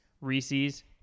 Reese's